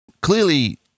clearly